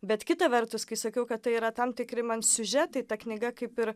bet kita vertus kai sakiau kad tai yra tam tikri man siužetai ta knyga kaip ir